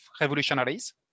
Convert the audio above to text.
revolutionaries